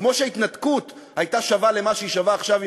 כמו שההתנתקות הייתה שווה למה שהיא שווה עכשיו עם